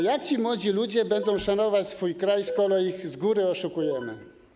Jak ci młodzi ludzie będą szanować swój kraj, skoro ich z góry oszukujemy?